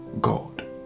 God